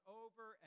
over